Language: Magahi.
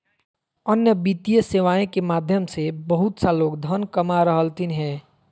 अन्य वित्तीय सेवाएं के माध्यम से बहुत सा लोग धन कमा रहलथिन हें